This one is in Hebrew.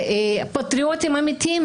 פטריוטים אמיתיים,